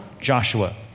Joshua